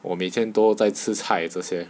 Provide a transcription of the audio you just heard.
我每天都在吃菜这些